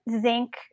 zinc